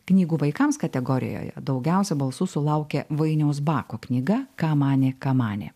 knygų vaikams kategorijoje daugiausia balsų sulaukė vainiaus bako knyga ką manė kamanė